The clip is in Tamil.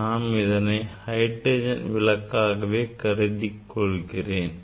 நான் இதனை ஹைட்ரஜன் விளக்கவே கருது கொள்கிறேன்